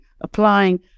applying